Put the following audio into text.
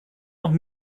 noch